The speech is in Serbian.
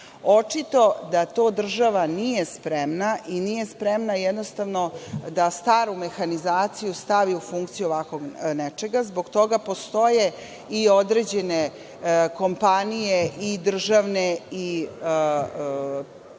da to država nije spremna i nije spremna da staru mehanizaciju stavi u funkciju ovako nečega. Zbog toga postoje i određene kompanije i državne i